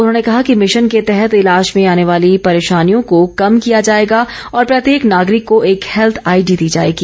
उन्होंने कहा कि मिशन के तहत ईलाज में आने वाली परेशानियों को कम किया जाएगा और प्रत्येक नागरिक को एक हैल्थ आईडी दी जाएगी